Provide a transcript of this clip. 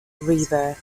river